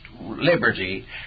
liberty